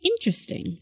Interesting